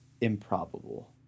improbable